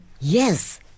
yes